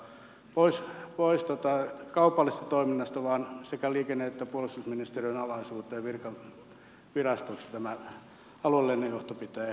pois kaupallisesta toiminnasta sekä liikenne että puolustusministeriön alaisuuteen virastoksi tämä aluelennonjohto pitää ehdottomasti saada